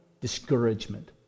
discouragement